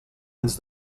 ens